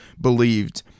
believed